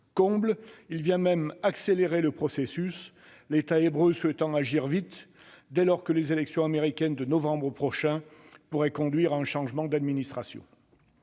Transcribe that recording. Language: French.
comble, il vient même accélérer le processus, l'État hébreu souhaitant agir vite dès lors que les élections américaines de novembre prochain pourraient conduire à un changement d'administration.